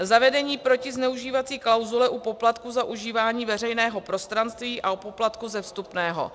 Zavedení protizneužívací klauzule u poplatků za užívání veřejného prostranství a u poplatků ze vstupného.